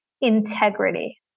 integrity